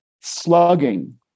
Slugging